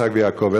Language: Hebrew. יצחק ויעקב,